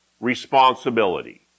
responsibility